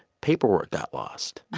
paperwork got lost.